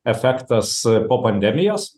efektas po pandemijos